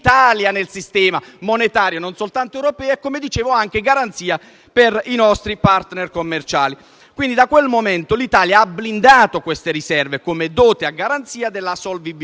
nel sistema monetario non soltanto europeo e, come dicevo, per i nostri *partner* commerciali. Da quel momento l'Italia ha blindato queste riserve come dote a garanzia della solvibilità,